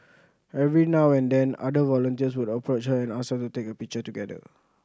every now and then other volunteers would approach her and ask to take a picture together